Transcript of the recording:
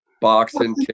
boxing